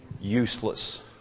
useless